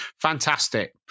Fantastic